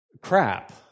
crap